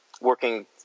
working